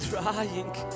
trying